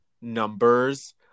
numbers